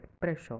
pressure